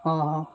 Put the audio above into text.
ହଁ ହଁ